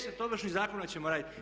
10 ovršnih zakona ćemo raditi.